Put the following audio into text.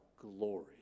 glory